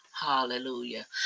Hallelujah